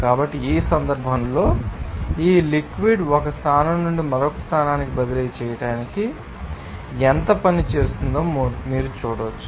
కాబట్టి ఈ సందర్భంలో ఈ లిక్విడ్ ాన్ని ఒక స్థానం నుండి మరొక స్థానానికి బదిలీ చేయడానికి ఆ పొలం ఎంత పని చేస్తుందో మీరు చూడవచ్చు